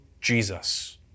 Jesus